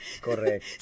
Correct